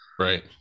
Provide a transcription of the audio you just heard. right